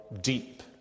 deep